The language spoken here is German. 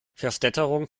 verstädterung